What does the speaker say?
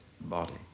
body